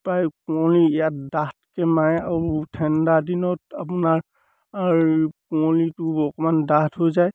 প্ৰায় কুঁৱলী ইয়াত ডাঠকৈ মাৰে আৰু ঠাণ্ডা দিনত আপোনাৰ কুঁৱলীটো অকণমান ডাঠ হৈ যায়